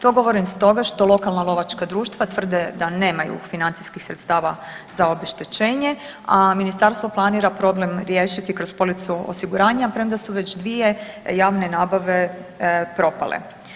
To govorim stoga što lokalna lovačka društva tvrde da nemaju financijskih sredstava za obeštećenje, a ministarstvo planira problem riješiti kroz policu osiguranja, premda su već dvije javne nabave propale.